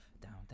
down